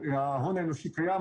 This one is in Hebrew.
ההון האנושי קיים.